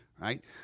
right